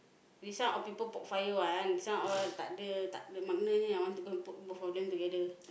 this one all people poke fire one this one all tak de tak I want to go and poke both of them together